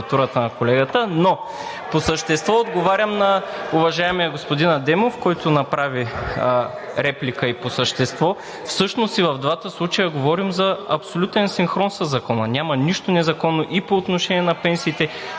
абсолютен синхрон със Закона, няма нищо незаконно и по отношение на пенсиите,